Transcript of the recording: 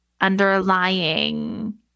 underlying